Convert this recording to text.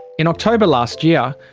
in october last year,